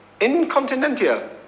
Incontinentia